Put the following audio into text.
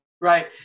right